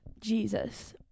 Jesus